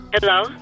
Hello